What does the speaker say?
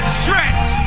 stretch